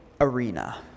arena